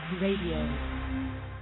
Radio